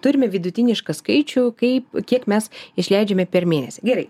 turime vidutinišką skaičių kaip kiek mes išleidžiame per mėnesį gerai